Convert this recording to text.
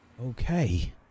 Okay